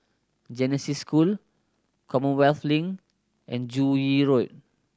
Genesis School Commonwealth Link and Joo Yee Road